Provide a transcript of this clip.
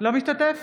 אינו משתתף